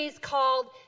called